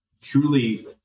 truly